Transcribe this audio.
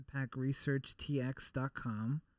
impactresearchtx.com